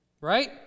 right